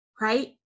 right